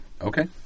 Okay